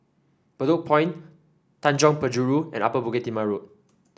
Bedok Point Tanjong Penjuru and Upper Bukit Timah Road